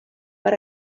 per